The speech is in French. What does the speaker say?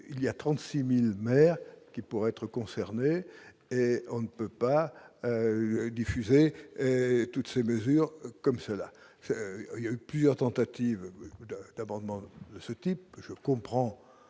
y a 36000 maires qui pourraient être concernés, et on ne peut pas eu diffusé toutes ces mesures comme cela il y a eu plusieurs tentatives d'abonnement de ce type, je comprends